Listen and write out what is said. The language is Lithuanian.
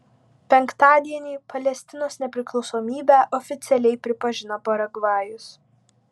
penktadienį palestinos nepriklausomybę oficialiai pripažino paragvajus